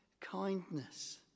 kindness